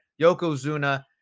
Yokozuna